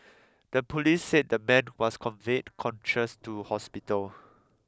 the police said the man was conveyed conscious to hospital